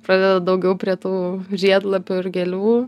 pradėdu daugiau prie tų žiedlapių ir gėlių